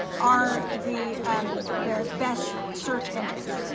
are the the best search engines.